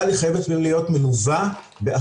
אבל היא חייבת גם להיות מלווה באכיפה.